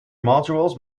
modules